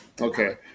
okay